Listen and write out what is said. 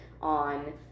on